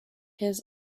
his